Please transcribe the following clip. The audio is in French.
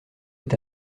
est